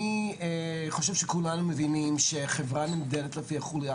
אני חושב שכולנו מבינים שחברה מוגדרת לפי החולייה